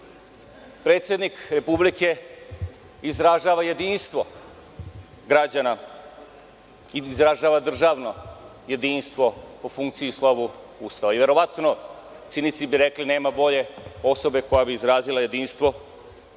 Predsednik Republike izražava jedinstvo građana i izražava državno jedinstvo po funkciji i slovu Ustava. Verovatno bi cinici rekli – nema bolje osobe koja bi izrazila jedinstvo